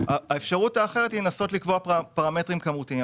האפשרות האחרת היא לנסות לקבוע פרמטרים כמותיים,